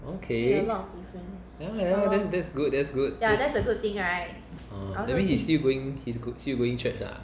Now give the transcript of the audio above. okay ya lah ya lah that's good that's good that's that means he still going he's still going church